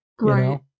Right